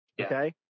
okay